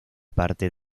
parte